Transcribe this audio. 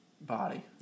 body